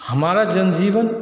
हमारा जनजीवन